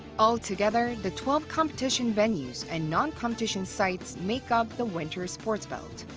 altogether, the twelve competition venues and non-competition sites make up the winter sports belt.